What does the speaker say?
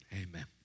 amen